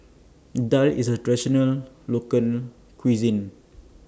Daal IS A Traditional Local Cuisine